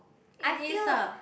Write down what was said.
it is ah